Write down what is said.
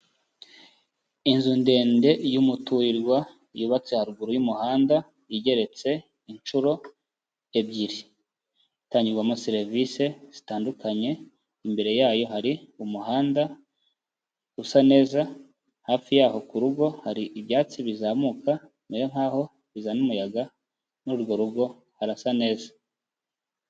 Inzu ndende y'umuturirwa yubatse haruguru y'umuhanda igeretse inshuro ebyiri. Itangirwamo serivisi zitandukanye, imbere yayo hari umuhanda usa neza, hafi yaho ku rugo hari ibyatsi bizamuka mu kirere nkaho bizana umuyaga, muri urwo rugo harasa neza.